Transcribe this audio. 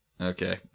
Okay